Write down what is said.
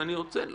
נציגי הממשלה.